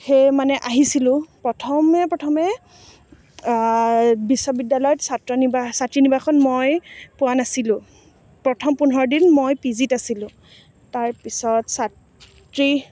সেয়ে মানে আহিছিলোঁ প্ৰথমে প্ৰথমে বিশ্ববিদ্যালয়ত ছাত্ৰনিবাস ছাত্ৰীনিবাসত মই পোৱা নাছিলোঁ প্ৰথম পোন্ধৰ দিন মই পি জিত আছিলোঁ তাৰ পিছত ছাত্ৰী